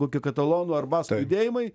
kokie katalonų ar baskų judėjimai